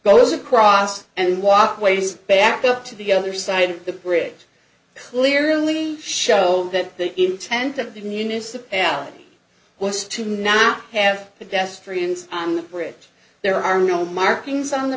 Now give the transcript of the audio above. goes across and walkways back up to the other side of the bridge clearly show that the intent of the municipality was to not have the best reasons on the bridge there are no markings on the